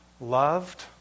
loved